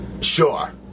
Sure